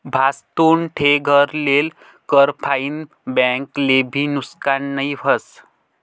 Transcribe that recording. भाजतुन ठे घर लेल कर फाईन बैंक ले भी नुकसान नई व्हस